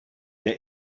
der